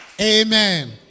Amen